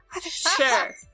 Sure